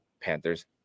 Panthers